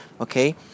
okay